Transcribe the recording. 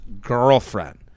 girlfriend